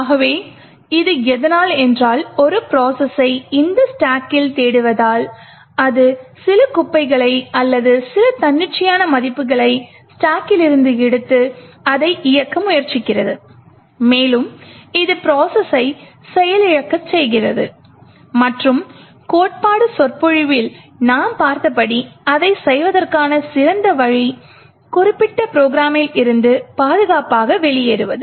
ஆகவே இது எதனால் என்றால் ஒரு ப்ரோசஸை இந்த ஸ்டாக்கில் தேடுவதால் அது சில குப்பைகளை அல்லது சில தன்னிச்சையான மதிப்புகளை ஸ்டாக்கிலிருந்து எடுத்து அதை இயக்க முயற்சிக்கிறது மேலும் இது ப்ரோசஸை செயலிழக்கச் செய்கிறது மற்றும் கோட்பாடு சொற்பொழிவில் நாம் பார்த்தபடி அதைச் செய்வதற்கான சிறந்த வழி குறிப்பிட்ட ப்ரோக்ராமில் இருந்து பாதுகாப்பாக வெளியேறுவது